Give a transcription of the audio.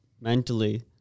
mentally